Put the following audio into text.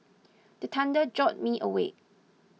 the thunder jolt me awake